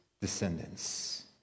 descendants